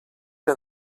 que